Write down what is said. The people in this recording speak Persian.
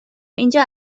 اینجا